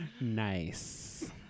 nice